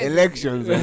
Elections